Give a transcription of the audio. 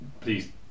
please